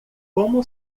como